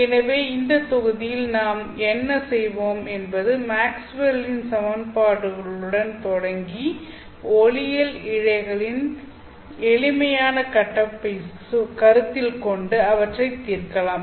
எனவே இந்த தொகுதியில் நாம் என்ன செய்வோம் என்பது மேக்ஸ்வெல்லின் Maxwell's சமன்பாடுகளுடன் தொடங்கி ஒளியியல் இழையின் எளிமையான கட்டமைப்பைக் கருத்தில் கொண்டு அவற்றைத் தீர்க்கலாம்